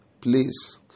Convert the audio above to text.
Please